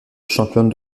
championne